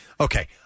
Okay